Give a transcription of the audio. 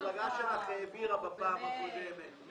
המפלגה שלך העבירה בפעם הקודמת.